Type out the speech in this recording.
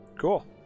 Cool